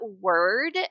word